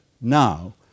now